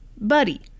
buddy